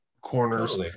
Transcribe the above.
corners